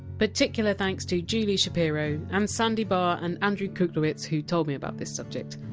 particular thanks to julie shapiro, and sandi barr and andrew kuklewicz, who told me about this subject.